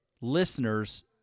listeners